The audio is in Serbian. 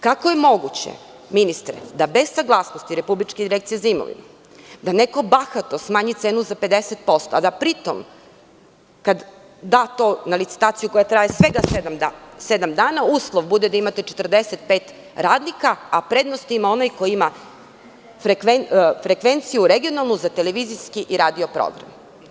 Kako je moguće, ministre, da bez saglasnosti Republičke direkcije za imovinu neko bahato smanji cenu za 50%, a da pri tome, kada to da na licitaciju, koja traje svega sedam dana, uslov bude da imate 45 radnika, a prednost ima onaj koji ima frekvenciju regionalnu za televizijski i radio program?